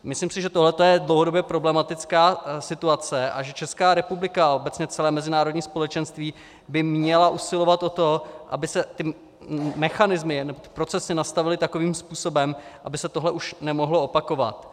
Myslím si, že tohle je dlouhodobě problematická situace a že Česká republika a obecně celé mezinárodní společenství by měly usilovat o to, aby se ty mechanismy a procesy nastavily takovým způsobem, aby se tohle už nemohlo opakovat.